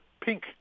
pink